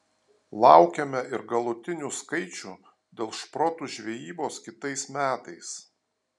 laukiame ir galutinių skaičių dėl šprotų žvejybos kitais metais